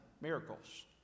Miracles